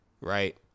right